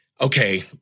okay